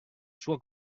sua